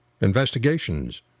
investigations